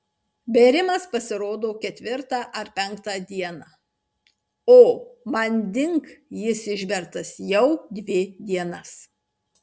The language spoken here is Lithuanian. bėrimas pasirodo ketvirtą ar penktą dieną o manding jis išbertas jau dvi dienas